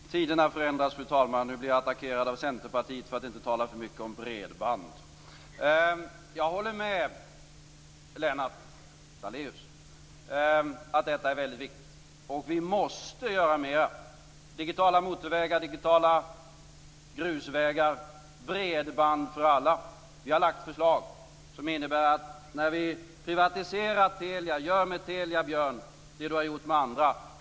Fru talman! Tiderna förändras - nu blir jag attackerad av Centerpartiet för att inte tala så mycket om bredband. Jag håller med Lennart Daléus om att detta är väldigt viktigt och att vi måste göra mera när det gäller digitala motorvägar och digitala grusvägar och bredband för alla. Vi har lagt fram förslag beträffande privatiseringen av Telia. Björn Rosengren bör med Telia göra det som han har gjort med andra företag.